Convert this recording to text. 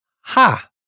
ha